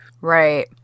Right